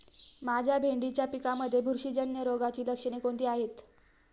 माझ्या भेंडीच्या पिकामध्ये बुरशीजन्य रोगाची लक्षणे कोणती आहेत?